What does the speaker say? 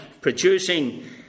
producing